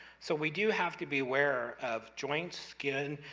so, we do have to be aware of joints, skin,